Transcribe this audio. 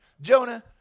Jonah